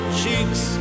cheeks